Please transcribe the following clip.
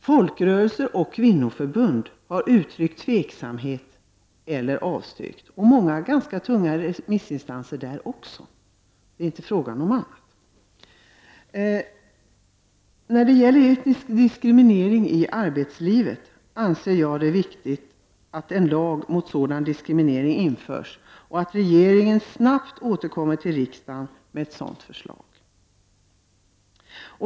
Folkrörelser och kvinnoförbund har uttryckt tveksamhet eller avstyrkt. Det är alltså fråga om ganska många tunga remissinstanser. Jag anser det viktigt att en lag mot etnisk diskriminering i arbetslivet stiftas och att regeringen snabbt återkommer till riksdagen med sådant förslag.